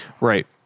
right